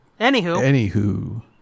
Anywho